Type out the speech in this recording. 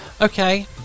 Okay